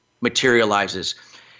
materializes